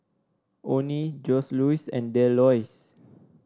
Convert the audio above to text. Onnie Joseluis and Delois